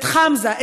את חמזה,